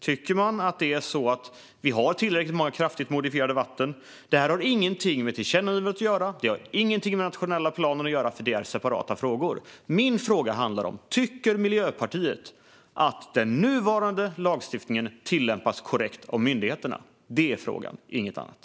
Tycker man att vi har tillräckligt många kraftigt modifierade vatten? Detta har ingenting med tillkännagivandet eller den nationella planen att göra, för det är separata frågor. Min fråga handlar om ifall Miljöpartiet tycker att den nuvarande lagstiftningen tillämpas korrekt av myndigheterna. Det är frågan, inget annat.